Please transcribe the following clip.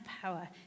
power